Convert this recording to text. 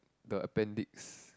the appendix